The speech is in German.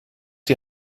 die